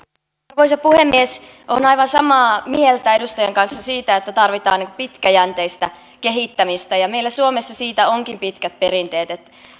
arvoisa puhemies olen aivan samaa mieltä edustajan kanssa siitä että tarvitaan pitkäjänteistä kehittämistä ja meillä suomessa siitä onkin pitkät perinteet